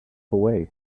away